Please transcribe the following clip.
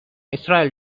israel